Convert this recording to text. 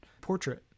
portrait